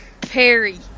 Perry